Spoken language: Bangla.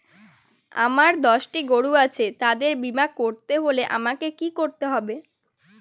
আমার দশটি গরু আছে তাদের বীমা করতে হলে আমাকে কি করতে হবে?